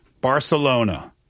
Barcelona